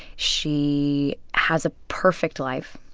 she has a perfect life.